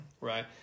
right